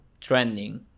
trending